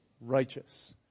Righteous